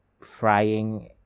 frying